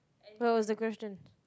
so what was the question